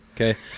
okay